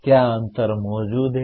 क्या अंतर मौजूद हैं